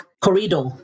corridor